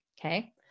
Okay